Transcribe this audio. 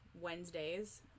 Wednesdays